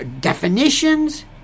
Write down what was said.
definitions